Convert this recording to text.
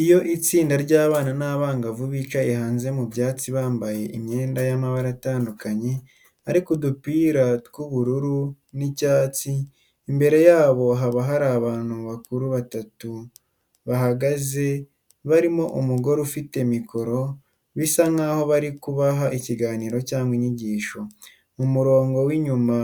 Iyo itsinda rinini ry'abana n'abangavu bicaye hanze mu byatsi bambaye imyenda y'amabara atandukanye ariko udupira twubururu n'icyatsi, imbere yabo haba hari abantu bakuru batatu bahagaze barimo umugore ufite mikoro, bisa nkaho bari kubaha ikiganiro cyangwa inyigisho. Mu murongo w'inyuma